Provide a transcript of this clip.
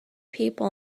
people